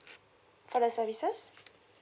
for the services